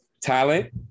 talent